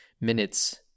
minutes